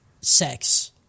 sex